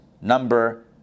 number